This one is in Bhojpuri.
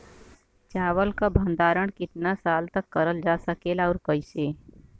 चावल क भण्डारण कितना साल तक करल जा सकेला और कइसे?